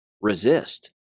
resist